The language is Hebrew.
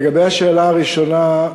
לגבי השאלה הראשונה,